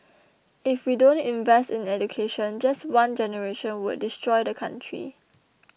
if we don't invest in education just one generation would destroy the country